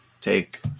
take